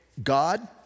God